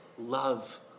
love